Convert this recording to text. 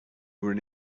were